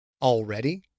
Already